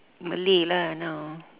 malay lah now